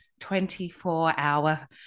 24-hour